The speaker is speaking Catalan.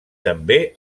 també